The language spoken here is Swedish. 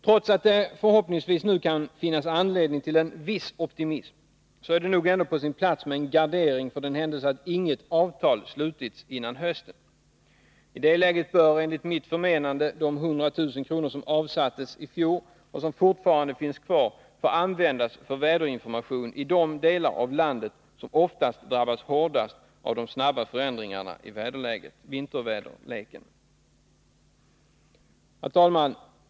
Trots att det förhoppningsvis nu kan finnas anledning till en viss optimism, är det nog ändå på sin plats med en gardering för den händelse inget avtal slutits före hösten. I det läget bör, enligt mitt förmenande, de 100 000 kr. som avsattes i fjol och som fortfarande finns kvar få användas för väderinformation i de delar av landet som oftast drabbas hårdast av de snabba förändringarna i vinterväderleken. Herr talman!